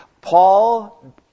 Paul